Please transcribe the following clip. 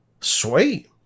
Sweet